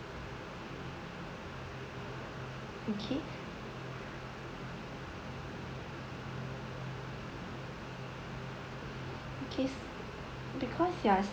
okay okay because you are